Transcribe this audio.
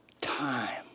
time